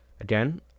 again